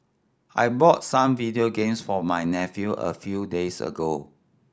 I bought some video games for my nephew a few days ago